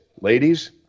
ladies